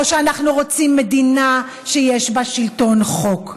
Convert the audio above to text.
או שאנחנו רוצים מדינה שיש בה שלטון חוק?